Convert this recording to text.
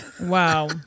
Wow